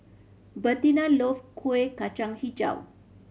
Bertina love Kuih Kacang Hijau